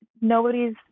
nobody's